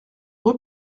rue